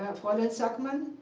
fraulein sackmann,